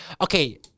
Okay